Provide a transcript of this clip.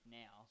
now